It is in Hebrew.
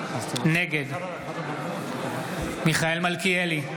נגד מיכאל מלכיאלי,